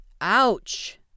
Ouch